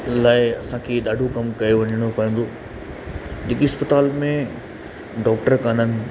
इन लाइ असांखे ॾाढो कमु कयो वञणो पवंदो जेकी इस्पतालुनि में डॉक्टर कोन आहिनि